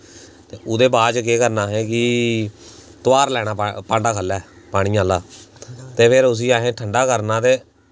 ओह्दे बाद च केह् करना असें कि तोआरी लैना भांडा थ'ल्लै पानी आह्ला ते फिर उस्सी असें ठंडा करना ते